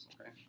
okay